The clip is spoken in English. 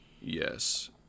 Yes